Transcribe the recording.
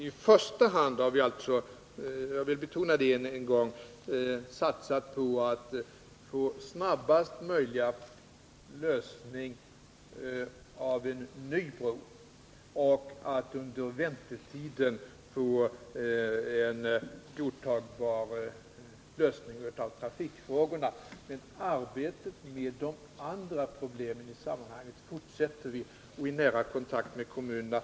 I första hand har vi alltså — jag vill än en gång betona det— satsat på att snabbast möjligt lösa frågan om en ny bro och att under väntetiden på ett godtagbart sätt lösa trafikfrågorna. Arbetet med de andra problemen i sammanhanget fortsätter i nära kontakt med kommunerna.